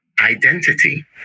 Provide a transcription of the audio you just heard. identity